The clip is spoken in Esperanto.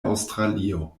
aŭstralio